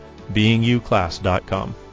beinguclass.com